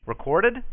Recorded